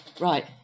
Right